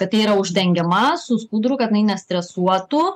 katė yra uždengiama su skuduru kad nestresuotų